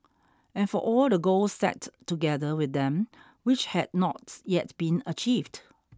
and for all the goals set together with them which had not yet been achieved